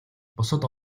бусад